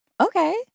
Okay